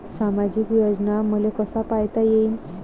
सामाजिक योजना मले कसा पायता येईन?